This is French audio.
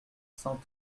cent